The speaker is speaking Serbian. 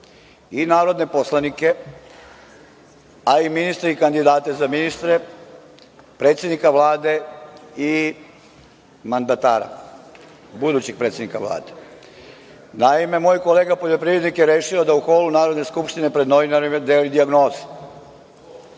i narodne poslanike, a i ministre i kandidate za ministre i mandatara, budućeg predsednika Vlade. Naime, moj kolega poljoprivrednik je rešio da u holu Narodne skupštinepred novinarima deli dijagnoze.